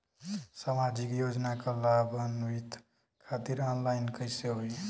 सामाजिक योजना क लाभान्वित खातिर ऑनलाइन कईसे होई?